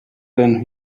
than